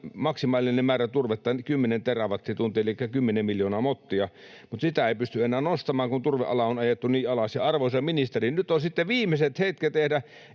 maksimaalisen määrän turvetta, 10 terawattituntia elikkä 10 miljoonaa mottia, mutta sitä ei pysty enää nostamaan, kun turveala on ajettu niin alas, ja, arvoisa ministeri, nyt on sitten viimeiset hetket tehdä